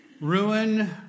Ruin